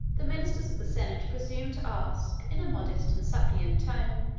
the ministers of the senate presumed to ask, in a modest and suppliant tone,